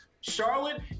charlotte